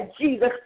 Jesus